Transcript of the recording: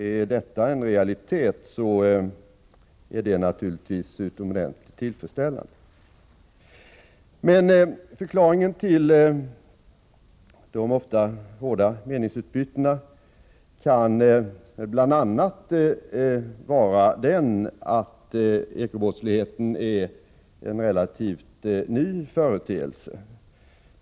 Om detta är en realitet, så är det naturligtvis utomordentligt tillfredsställande. Förklaringen till de ofta hårda meningsutbytena kan bl.a. vara att eko-brottsligheten är en relativt ny företeelse.